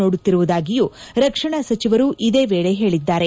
ನೋಡುತ್ತಿರುವುದಾಗಿಯೂ ರಕ್ಷಣಾ ಸಚಿವರು ಇದೇ ವೇಳೆ ಹೇಳಿದ್ದಾರೆ